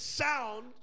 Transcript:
sound